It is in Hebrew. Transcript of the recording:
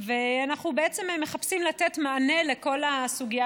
אנחנו בעצם מחפשים לתת מענה לכל הסוגיה